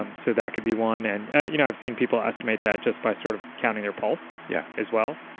um so that could be one and you know i've seen people estimate that just by sort of counting their pulse yeah as well.